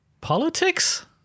politics